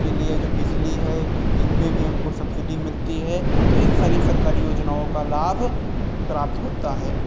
के लिए जो बिजली है इनमें भी हमको सब्सिडी मिलती है तो इन सारी सरकारी योजनाओं का लाभ प्राप्त होता है